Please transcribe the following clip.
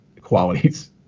qualities